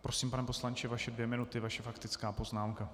Prosím, pane poslanče, vaše dvě minuty, vaše faktická poznámka.